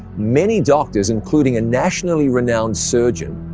many doctors, including a nationally-renowned surgeon,